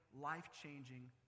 life-changing